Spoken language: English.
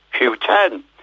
Q10